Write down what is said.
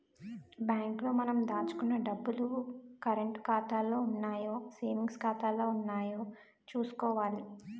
bank లో మనం దాచుకున్న డబ్బులు కరంటు ఖాతాలో ఉన్నాయో సేవింగ్స్ ఖాతాలో ఉన్నాయో చూసుకోవాలి